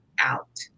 out